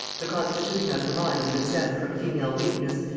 the constitution of her mind is exempt from female weakness,